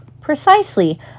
Precisely